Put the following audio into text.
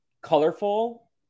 colorful